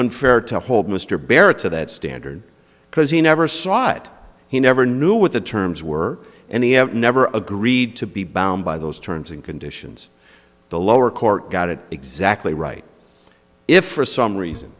unfair to hold mr barrett to that standard because he never saw it he never knew what the terms were and he have never agreed to be bound by those terms and conditions the lower court got it exactly right if for some reason